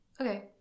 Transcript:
Okay